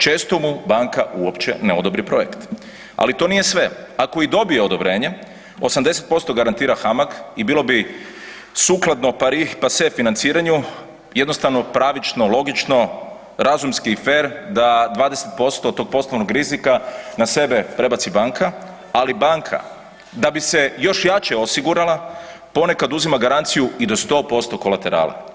Često mu banka uopće ne odobri projekt, ali to nije sve, ako i dobije odobrenje 80% garantira HAMAG i bilo bi sukladno, pari, pase financiranju, jednostavno pravično, logično, razumski i fer da 20% tog poslovnog rizika na sebe prebaci banka, ali banka da bi se još jače osigurala ponekad uzima garanciju i do 100% kolaterale.